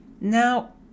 Now